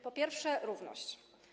Po pierwsze, równość.